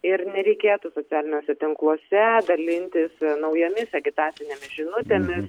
ir nereikėtų socialiniuose tinkluose dalintis naujomis agitacinės žinutėmis